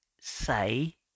say